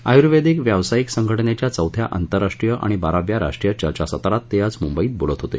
आयुर्वेदिक व्यावसायिक संघटनेच्या चौथ्या आंतरराष्ट्रीय आणि बाराव्या राष्ट्रीय चर्चासत्रात ते आज मुंबईत बोलत होते